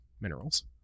minerals